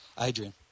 Adrian